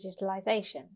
digitalisation